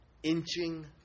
Inching